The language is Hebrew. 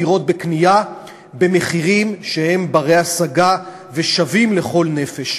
דירות בקנייה במחירים בני-השגה ושווים לכל נפש.